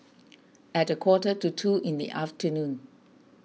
at a quarter to two in the afternoon